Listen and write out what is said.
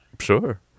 sure